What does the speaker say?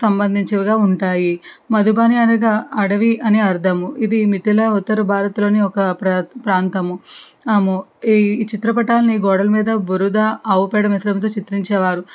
సంబంధించవిగా ఉంటాయి మధుబని అనగా అనేది అడవి అని అర్ధము ఇది మిథిల ఉత్తర భారత్లోని ఒక ప్రా ప్రాంతము ఈ చిత్రపటాలని గోడల మీద బురద ఆవు పేడ మిశ్రమంతో చిత్రించేవారు